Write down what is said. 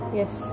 yes